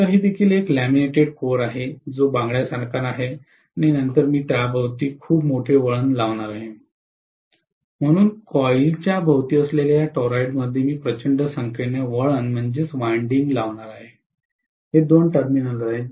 तर हे देखील एक लॅमिनेटेड कोर आहे जो बांगड्यासारखे आहे आणि नंतर मी त्याभोवती खूप मोठे वळण लावणार आहे म्हणून कॉइलच्या भोवती असलेल्या या टॉरॉईड मध्ये मी प्रचंड संख्येने वळण लावणार आहे हे दोन टर्मिनल आहेत